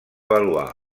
valois